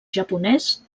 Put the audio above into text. japonès